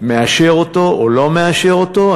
מאשר אותו או לא מאשר אותו.